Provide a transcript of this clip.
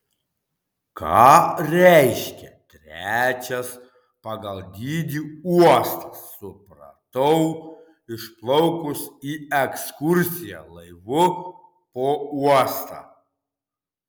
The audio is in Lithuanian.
ką reiškia trečias pagal dydį uostas supratau išplaukus į ekskursiją laivu po uostą